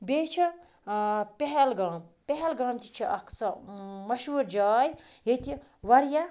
بیٚیہِ چھِ پہلگام پہلگام تہِ چھِ اَکھ سۄ مشہوٗر جاے ییٚتہِ واریاہ